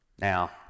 Now